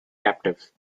captives